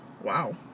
wow